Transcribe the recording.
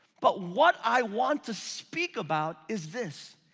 but what i want to speak about is this.